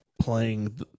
playing